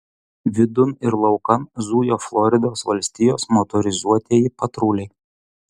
vidun ir laukan zujo floridos valstijos motorizuotieji patruliai